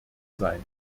sein